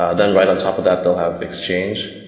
ah then right on top of that, they'll have exchange,